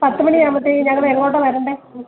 ആ പത്തുമണിയാകുമ്പത്തേനും ഞങ്ങൾ എങ്ങോട്ടാണ് വരണ്ടത്